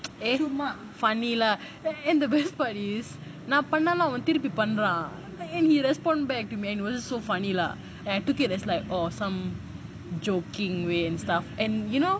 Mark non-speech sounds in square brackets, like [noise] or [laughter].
[noise] eh funny lah and the best part is நான் போனாலும் நான் போனாலும் அவன் திருப்பி பண்றான்:naan pannaalum naan pannaalum avan thirupi pandran and he respond back to me and it was so funny lah and I took it as like orh some joking way and stuff and you know